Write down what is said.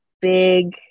big